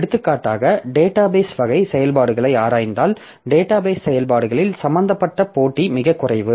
எடுத்துக்காட்டாக டேட்டாபேஸ் வகை செயல்பாடுகளை ஆராய்ந்தால் டேட்டாபேஸ் செயல்பாடுகளில் சம்பந்தப்பட்ட போட்டி மிகக் குறைவு